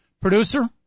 producer